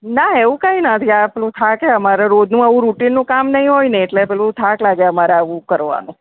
ના એવું કઈ નથી આ પેલું થાક્યા મારે રોજનું આવું રૂટિન નું કામ નહીં હોયને એટલે પેલું થાક લાગે અમારે આવું કરવાનું